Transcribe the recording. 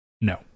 No